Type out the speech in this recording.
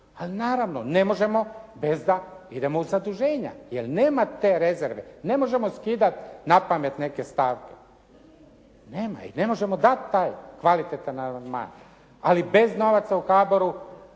A naravno ne možemo bez da idemo u zaduženja, jer nema te rezerve. Ne možemo skidati napamet neke stavke. Nema i ne možemo dati taj kvalitetan amandman. Ali bez novaca u HABOR-u